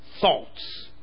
thoughts